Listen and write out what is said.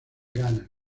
ghana